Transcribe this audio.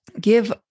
give